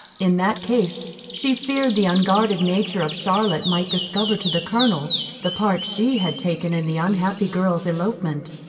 in that case she feared the unguarded nature of charlotte might discover to the colonel the part she had taken in the unhappy girl's elopement,